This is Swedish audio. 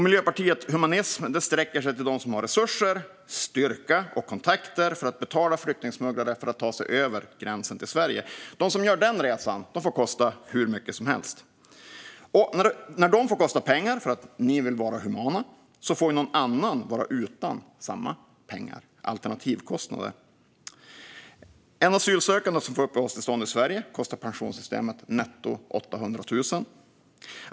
Miljöpartiets humanism sträcker sig till dem som har resurser, styrka och kontakter för att betala flyktingsmugglare för att ta dem över gränsen till Sverige. De som gör den resan får kosta hur mycket som helst. När de får kosta pengar för att ni vill vara humana får någon annan vara utan samma pengar - alternativkostnader. En asylsökande som får uppehållstillstånd i Sverige kostar pensionssystemet netto 800 000 kronor.